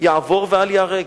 יעבור ואל ייהרג".